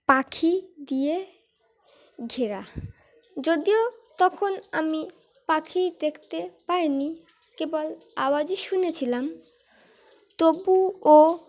পাখি দিয়ে ঘেরা যদিও তখন আমি পাখি দেখতে পাইনি কেবল আওয়াজই শুনেছিলাম তবু ও